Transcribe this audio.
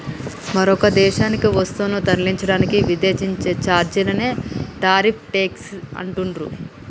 మరొక దేశానికి వస్తువులను తరలించడానికి విధించే ఛార్జీలనే టారిఫ్ ట్యేక్స్ అంటుండ్రు